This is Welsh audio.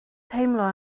teimlo